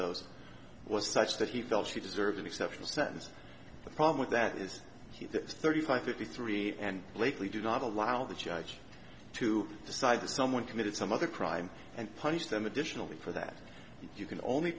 those was such that he felt she deserved an exception a sentence the problem with that is that thirty five fifty three and lately do not allow the judge to decide the someone committed some other crime and punish them additionally for that you can only